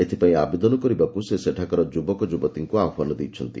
ଏଥିପାଇଁ ଆବେଦନ କରିବାକୁ ସେ ସେଠାକାର ଯୁବକ ଯୁବତୀଙ୍କୁ ଆହ୍ପାନ ଦେଇଛନ୍ତି